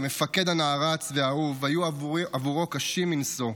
המפקד הנערץ והאהוב היו עבורו קשים מנשוא.